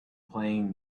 playing